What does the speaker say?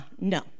no